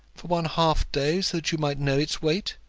for one half day, so that you might know its weight.